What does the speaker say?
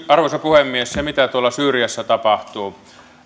arvoisa puhemies se mitä tuolla syyriassa tapahtuu